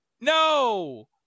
No